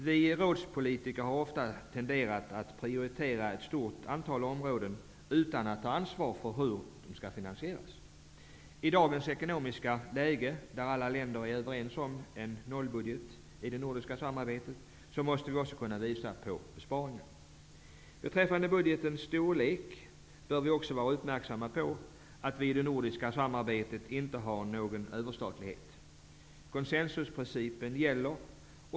Vi rådspolitiker har ofta tenderat att prioritera ett stort antal områden utan att ta ansvar för hur detta skall finansieras. I dagens ekonomiska läge, där alla länder är överens om en nollbudget i det nordiska samarbetet, måste vi också kunna visa på besparingar. Beträffande budgetens storlek bör vi vara uppmärksamma på att det nordiska samarbetet inte har någon överstatlighet. Konsensusprincipen gäller.